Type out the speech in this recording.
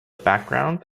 backgrounds